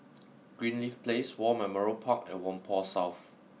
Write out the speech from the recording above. Greenleaf Place War Memorial Park and Whampoa South